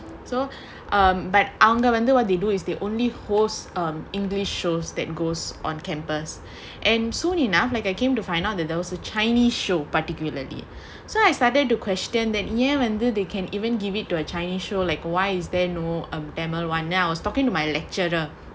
so um but அவங்க வந்து:avanga vanthu what that they only host um english shows that goes on campus and soon enough like I came to find out that there was a chinese show particularly so I started to question that ya whether they can even give it to a chinese show like why is there no um tamil [one] then I was talking to my lecturer